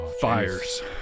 Fires